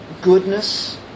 goodness